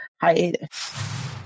hiatus